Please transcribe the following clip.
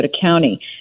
County